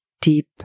deep